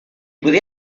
podia